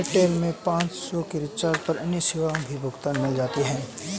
Airtel में पाँच सौ के रिचार्ज पर अन्य सेवाएं भी मुफ़्त मिला करती थी